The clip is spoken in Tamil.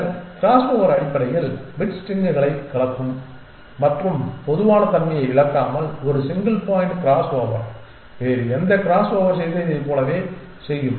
பின்னர் கிராஸ்ஓவர் அடிப்படையில் பிட் ஸ்ட்ரிங்ஸ்களை கலக்கும் மற்றும் பொதுவான தன்மையை இழக்காமல் ஒரு சிங்கிள் பாயிண்ட் கிராஸ்ஓவர் வேறு எந்த கிராஸ்ஓவர் செய்ததைப் போலவே செய்யும்